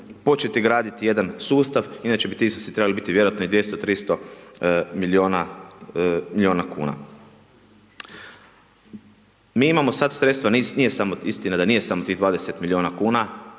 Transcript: početi graditi jedan sustav, inače bi ti iznosi trebali biti vjerojatno i 200, 300 milijuna kuna. Mi imamo sad sredstva, nije samo istina, nije samo tih 20 milijuna kuna,